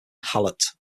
hallett